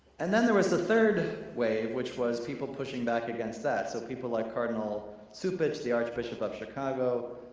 and then there was the third wave which was people pushing back against that. so people like cardinal cupich, the archbishop of chicago,